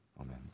amen